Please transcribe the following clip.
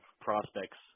prospects